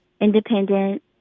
independent